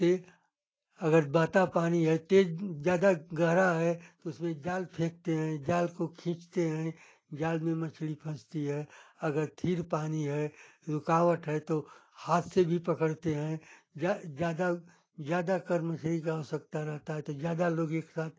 से अगर बहता पानी है तेज़ ज़्यादा गहरा है तो उसमें जाल फेंकते हैं जाल को खींचते हैं जाल में मछली फँसती है अगर स्थिर पानी है रुकावट है तो हाथ से भी पकड़ते हैं या ज़्यादा ज़्यादा कर्म से ही का आवश्यकता रहता है तो ज़्यादा लोग एक साथ